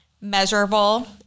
measurable